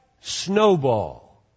snowball